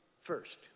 first